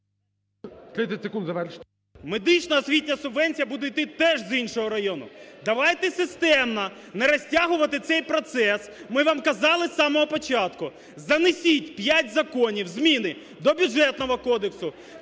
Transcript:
медична, освітня субвенція буде йти теж з іншого району. Давайте системно, не розтягувати цей процес. Ми вам казали з самого початку: занесіть п'ять законів – зміни до Бюджетного кодексу,